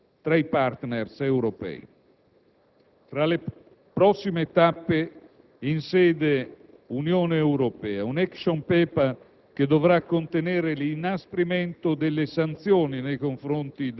L'Italia ha attivamente sostenuto la dichiarazione della Presidenza dell'Unione Europea, che ha riaffermato nei giorni scorsi a nome dell'Unione l'intenzione di continuare ad esercitare